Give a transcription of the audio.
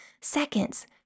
seconds